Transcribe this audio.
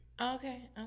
Okay